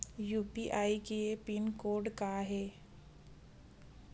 UPI के pin code का हे?